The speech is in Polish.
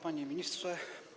Panie Ministrze!